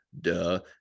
duh